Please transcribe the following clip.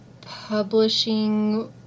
publishing